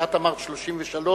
כשאת אמרת 1933,